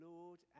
Lord